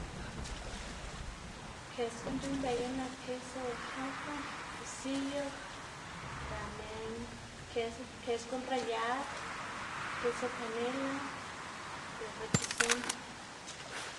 kës guꞌn c̲h̲uꞌnnbeyná nak keso oaxaka, quesiyo gana kes kes guꞌn rayad, keso panela, el rekeson.